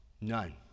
None